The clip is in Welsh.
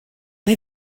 mae